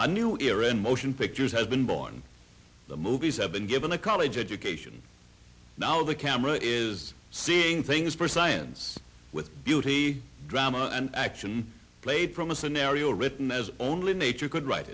new era in motion pictures has been born the movies have been given a college education now the camera is seeing things for science with beauty drama and action played from a scenario written as only nature could write